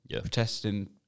protesting